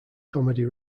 comedy